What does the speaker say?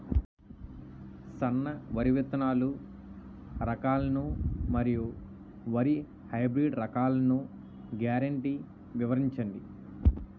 సన్న వరి విత్తనాలు రకాలను మరియు వరి హైబ్రిడ్ రకాలను గ్యారంటీ వివరించండి?